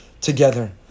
together